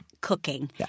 cooking